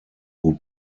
who